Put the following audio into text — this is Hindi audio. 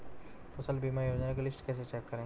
फसल बीमा योजना की लिस्ट कैसे चेक करें?